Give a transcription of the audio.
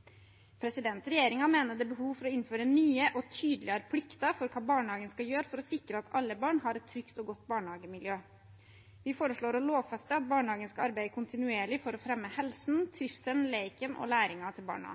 mener det er behov for å innføre nye og tydeligere plikter for hva barnehagen skal gjøre for å sikre at alle barn har et trygt og godt barnehagemiljø. Vi foreslår å lovfeste at barnehagen skal arbeide kontinuerlig for å fremme helsen, trivselen, leken og læringen til barna.